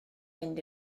mynd